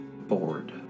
bored